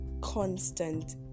constant